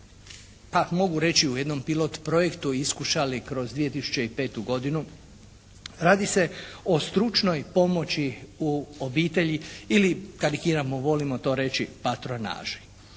a mogu reći u jednom pilot projektu iskušali kroz 2005. godinu. Radi se o stručnoj pomoći u obitelji ili karikiram, volimo to reći patronaži.